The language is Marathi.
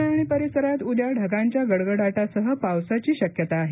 प्णे आणि परिसरात उद्या ढगांच्या गडगडा ासह पावसाची शक्यता आहे